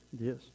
Yes